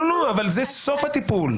אבל זהו סוף הטיפול.